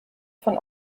von